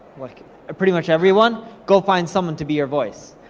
like ah pretty much everyone? go find someone to be your voice.